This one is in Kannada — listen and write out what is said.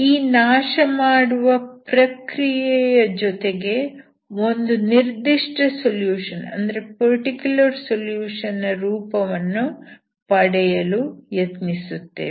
ಈ ನಾಶಮಾಡುವ ಪ್ರಕ್ರಿಯೆಯ ಜೊತೆಗೆ ಒಂದು ನಿರ್ದಿಷ್ಟ ಸೊಲ್ಯೂಷನ್ ನ ರೂಪವನ್ನು ಪಡೆಯಲು ಯತ್ನಿಸುತ್ತೇವೆ